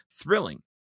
thrilling